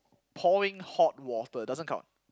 pouring hot water doesn't count